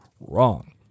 wrong